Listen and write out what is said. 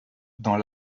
dans